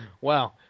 Wow